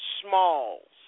Smalls